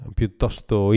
piuttosto